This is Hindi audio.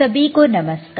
सभी को नमस्कार